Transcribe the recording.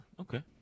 okay